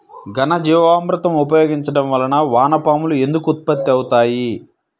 ఘనజీవామృతం ఉపయోగించటం వలన వాన పాములు ఎందుకు ఉత్పత్తి అవుతాయి?